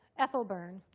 ethel byrne.